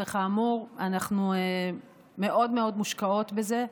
וכאמור אנחנו מאוד מאוד מושקעות בזה.